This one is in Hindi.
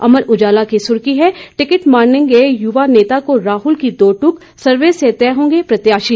अमर उजाला की सुर्खी है टिकट मांगने गए युवा नेता को राहल की दो दूक सर्वे से तय होंगे प्रत्याशी